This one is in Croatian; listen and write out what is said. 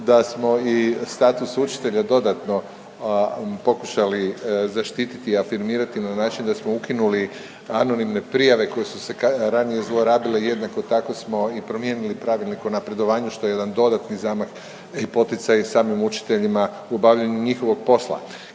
da smo i status učitelja dodatno pokušali zaštiti i afirmirati na način da smo ukinuli anonimne prijave koje su se ranije zlorabile i jednako tako smo i promijenili Pravilnik o napredovanju, što je jedan dodatni zamah i poticaj i samim učiteljima u obavljanju njihovog posla.